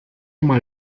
mal